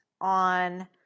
on